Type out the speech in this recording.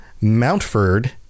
mountford